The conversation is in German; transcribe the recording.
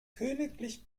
königlich